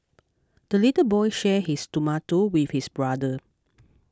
the little boy shared his tomato with his brother